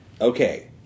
Okay